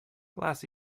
glass